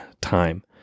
Time